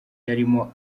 yarimo